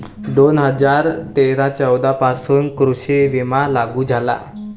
दोन हजार तेरा चौदा पासून कृषी विमा लागू झाला